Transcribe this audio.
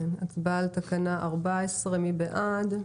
הצבעה על תקנה 14. מי בעד?